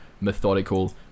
methodical